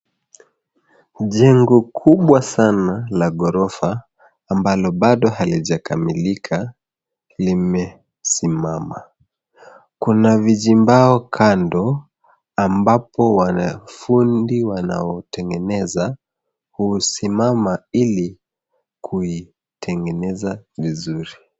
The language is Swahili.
Jengo kubwa sana la ghorofa ambalo bado halijakamilika limesimama. Kuna vijimbao kando ambapo wanafundi ambao wanaotengeneza kusimama ili kuitengeneza vizuri.